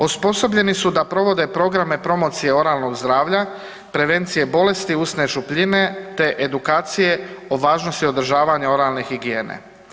Osposobljeni su da provode programe promocije oralnog zdravlja, prevencije bolesti usne šupljine te edukacije o važnosti održavanja oralne higijene.